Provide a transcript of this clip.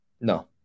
No